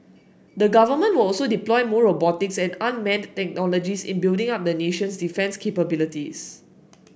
the Government will also deploy more robotics and unmanned technologies in building up the nation's defence capabilities